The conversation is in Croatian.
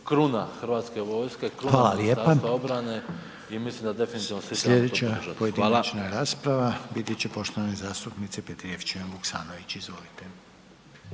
Željko (HDZ)** Slijedeća pojedinačna rasprava biti će poštovane zastupnice Petrijevčanin Vuksanović. Izvolite.